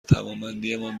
توانمندیمان